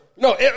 No